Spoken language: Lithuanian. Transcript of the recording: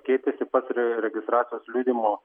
keitėsi pats registracijos liudijimo